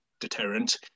deterrent